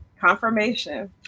Confirmation